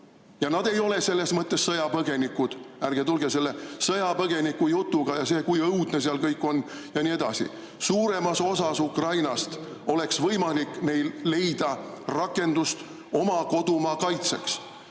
Nad ei ole selles mõttes sõjapõgenikud, ärge tulge selle sõjapõgenikujutuga ja sellega, kui õudne seal kõik on ja nii edasi. Suuremas osas Ukrainas oleks neil võimalik leida rakendust oma kodumaa kaitseks.